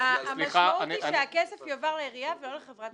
המשמעות היא שהכסף יעבור לעירייה ולא לחברת הגבייה.